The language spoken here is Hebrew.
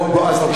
היה פה